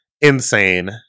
insane